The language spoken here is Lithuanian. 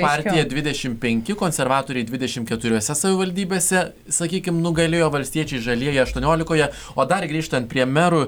partija dvidešimt penki konservatoriai dvidešimt keturiose savivaldybėse sakykime nugalėjo valstiečiai žalieji aštuoniolikoje o dar grįžtant prie merų